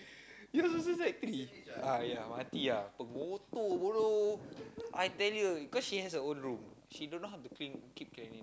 yours also sec-three ah ya mati ah pengotor bodoh I tell you cause she has her own room she don't know how to clean keep cleanliness